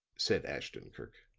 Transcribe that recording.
said ashton-kirk.